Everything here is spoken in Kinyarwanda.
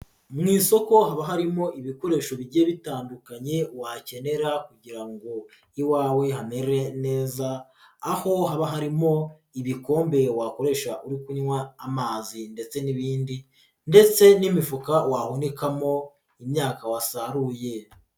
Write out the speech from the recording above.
Mu isoko haba harimo ibikoresho bigiye bitandukanye wakenera kugira ngo iwawe hamere neza aho haba harimo ibikombe wakoresha uri kunywa amazi ndetse n'ibindi ndetse n'imifuka wahukamo imyaka wasaruye.